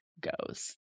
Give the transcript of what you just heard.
goes